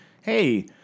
hey